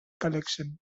collection